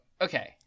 okay